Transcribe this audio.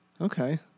Okay